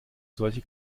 solche